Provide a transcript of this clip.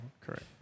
correct